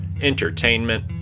entertainment